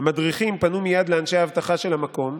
"המדריכים פנו מייד לאנשי האבטחה של המקום,